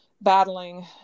battling